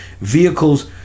vehicles